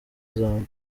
zombi